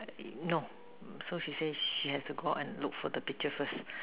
I no so she said she has to go out and look for the picture first